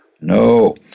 No